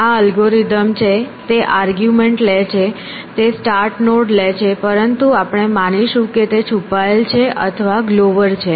આ અલ્ગોરિધમ છે તે આર્ગ્યુમેન્ટ લે છે તે સ્ટાર્ટ નોડ લે છે પરંતુ આપણે માનીશું કે તે છુપાયેલ છે અથવા ગ્લોવર છે